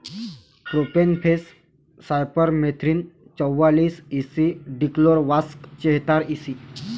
profenofos cypermethrin चौवालीस E C dichlorvos चेहतार EC